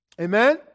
Amen